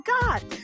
God